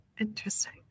Interesting